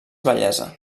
bellesa